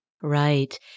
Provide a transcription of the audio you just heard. Right